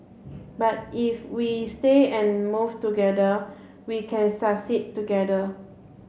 but if we stay and move together we can succeed together